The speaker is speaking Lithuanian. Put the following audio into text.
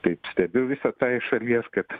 taip stebiu visa ta iš šalies kad